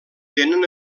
tenen